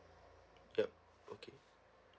yup okay